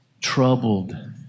troubled